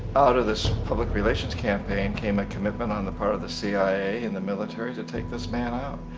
out of this public relations campaign came a commitment on the part of the cia and the military to take this man out.